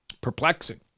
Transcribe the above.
perplexing